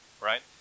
right